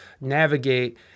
navigate